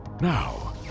Now